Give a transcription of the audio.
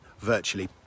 virtually